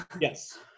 Yes